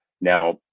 Now